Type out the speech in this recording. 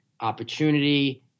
opportunity